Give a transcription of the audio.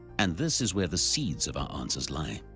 and this is where the seeds of our answers lie,